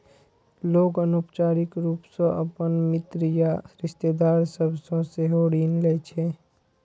लोग अनौपचारिक रूप सं अपन मित्र या रिश्तेदार सभ सं सेहो ऋण लै छै